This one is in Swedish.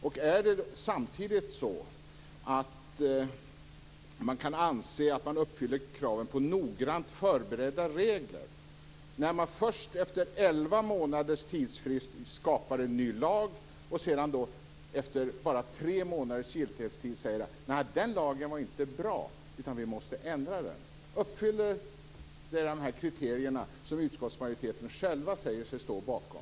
Och är det samtidigt så att man kan anse att man uppfyller kraven på noggrant förberedda regler när man först efter elva månaders tidsfrist skapar en ny lag och sedan, efter bara tre månaders giltighetstid, säger: Nej, den lagen var inte bra utan vi måste ändra den? Uppfyller detta de kriterier som utskottsmajoriteten själva säger sig stå bakom?